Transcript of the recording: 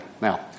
Now